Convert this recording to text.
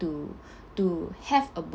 to to have a book